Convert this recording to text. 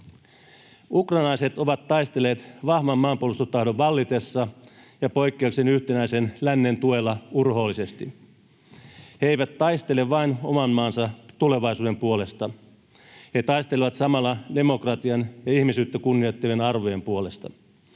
Ukrainalaiset ovat taistelleet vahvan maanpuolustustahdon vallitessa ja poikkeuksellisen yhtenäisen lännen tuella urhoollisesti. He eivät taistele vain oman maansa tulevaisuuden puolesta, he taistelevat samalla demokratian ja ihmisyyttä kunnioittavien arvojen puolesta,